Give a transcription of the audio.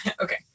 okay